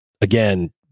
again